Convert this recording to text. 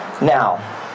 Now